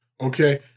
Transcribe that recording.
Okay